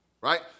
right